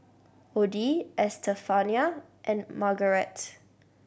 Odie Estefania and Margarette